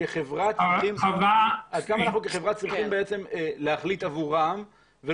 כחברה צריכים בעצם להחליט עבורם -- כן,